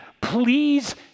please